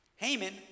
Haman